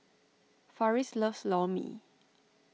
Farris loves Lor Mee